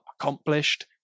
accomplished